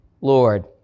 Lord